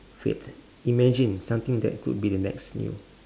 fad imagine something that could be the next new